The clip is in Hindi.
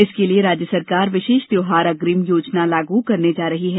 इसके लिये राज्य सरकार विशेष त्यौहार अग्रिम योजना लागू करने जा रही है